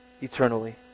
eternally